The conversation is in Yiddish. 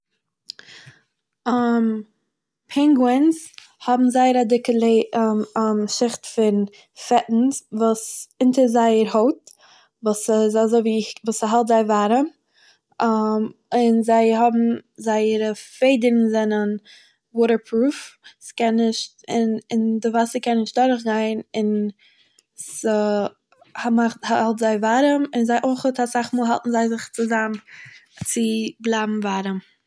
פעינגווינס האבן זייער א דיקע לעיער שיכט פון פעטנס וואס אונטער זייער הויט, וואס איז אזוי ווי... וואס ס'האלט זיי ווארעם און זיי האבן זייערע פעדערן זענען וואטערפרוף ס'קען נישט, און און די וואסער קען נישט דורכגיין, און ס'מאכט, ס'האלט זיי ווארעם און זיי אויכעט אסאך מאהל האלטן זיי זיך צוזאם צו בלייבן ווארעם.